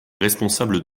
responsables